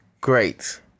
great